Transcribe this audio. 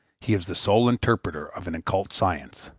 he is the sole interpreter of an occult science.